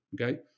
Okay